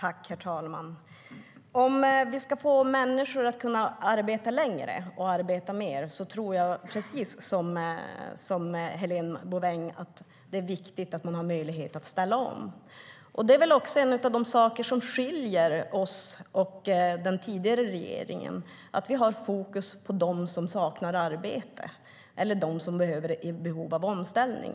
Herr talman! Om vi ska få människor att arbeta längre och mer tror jag, precis som Helena Bouveng, att det är viktigt att de har möjlighet att ställa om. Det är också en av de saker som skiljer oss och den tidigare regeringen, alltså att vi har fokus på dem som saknar arbete och på dem som är i behov av omställning.